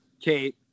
kate